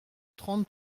trente